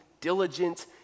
diligent